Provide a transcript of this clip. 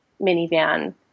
minivan